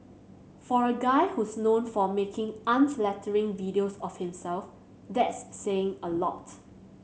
for a guy who's known for making unflattering videos of himself that's saying a lot